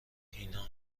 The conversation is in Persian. هینا